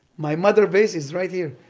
my mother-base is right here,